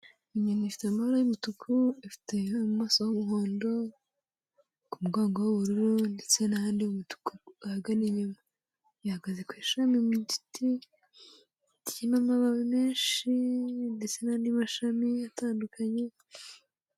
Inyoni ifite amabara y'umutuku, ifite amaso h'umuhondo, ku mugongo h'ubururu ndetse n'ahandi h'umutuku ahagana inyuma. Ihagaze ku ishami mu giti kirimo amababi menshi ndetse n'andi mashami atandukanye.